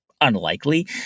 Unlikely